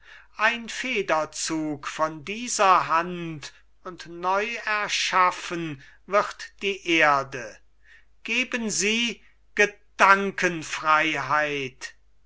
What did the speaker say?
ein federzug von dieser hand und neu erschaffen wird die erde geben sie gedankenfreiheit